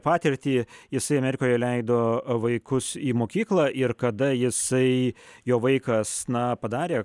patirtį jisai amerikoje leido vaikus į mokyklą ir kada jisai jo vaikas na padarė